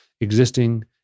existing